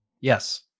Yes